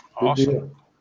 Awesome